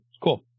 Cool